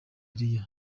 elie